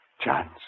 chance